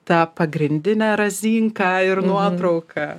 ta pagrindinė razinka ir nuotrauka